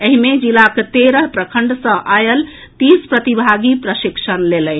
एहि मे जिलाक तेरह प्रखंड सॅ आएल तीस प्रतिभागी प्रशिक्षण लेलनि